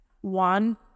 one